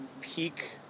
peak